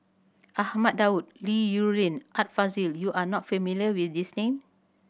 Ahmad Daud Li Rulin and Art Fazil you are not familiar with these name